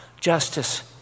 justice